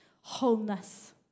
wholeness